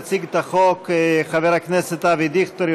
יציג את החוק חבר הכנסת אבי דיכטר,